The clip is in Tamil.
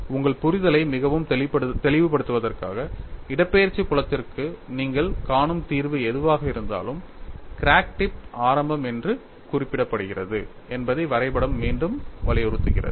உங்கள் புரிதலை மிகவும் தெளிவுபடுத்துவதற்காக இடப்பெயர்ச்சி புலத்திற்கு நீங்கள் காணும் தீர்வு எதுவாக இருந்தாலும் கிராக் டிப் ஆரம்பம் என்று குறிப்பிடப்படுகிறது என்பதை வரைபடம் மீண்டும் வலியுறுத்துகிறது